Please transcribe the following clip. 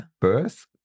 Birth